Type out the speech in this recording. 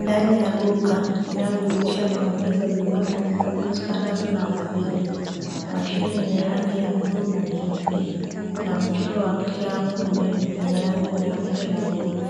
Ndani ya duka inayojihusisha na uuzaji wa bidhaa mbalimbali kutokana nazo na maziwa. Mashine yenye rangi ya bluu na nyeupe na mchoro wa picha ya ng'ombe mwenye rangi nyeupe na nyeusi.